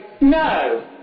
no